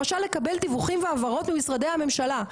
למשל לקבל דיווחים והבהרות ממשרדי הממשלה,